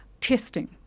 testing